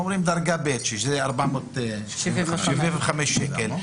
בדרגה ב', 475 שקל.